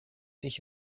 sich